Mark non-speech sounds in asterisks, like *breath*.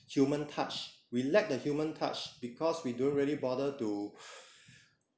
human touch we lack the human touch because we don't really bother to *breath*